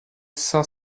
cinq